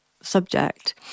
subject